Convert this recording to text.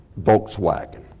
Volkswagen